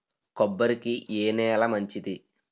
కొబ్బరి కి ఏ నేల మంచిది?